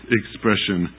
expression